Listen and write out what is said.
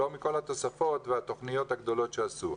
לא מכל התוספות והתוכניות הגדולות שעשו.